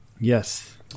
yes